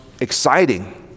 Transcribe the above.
exciting